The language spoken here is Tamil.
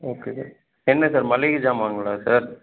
ஓகே சார் என்ன சார் மளிகை சாமாங்களா சார்